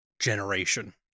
generation